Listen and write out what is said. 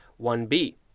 1B